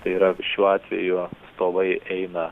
tai yra šiuo atveju stovai eina